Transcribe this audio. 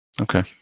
Okay